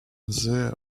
they